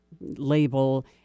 label